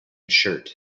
shirt